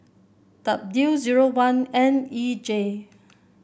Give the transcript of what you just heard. W zero one N E J